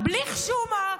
בלי חשומה,